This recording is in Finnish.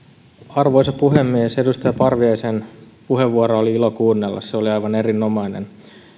arvoisa puhemies edustaja parviaisen puheenvuoroa oli ilo kuunnella se oli aivan erinomainen